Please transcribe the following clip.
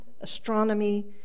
astronomy